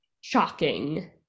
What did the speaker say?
Shocking